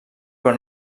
però